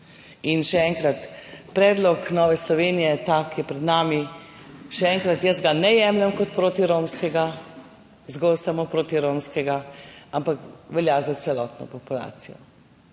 odreagirati. Predlog Nove Slovenije, ta, ki je pred nami, še enkrat, jaz ga ne jemljem kot protiromskega, zgolj samo protiromskega, ampak velja za celotno populacijo.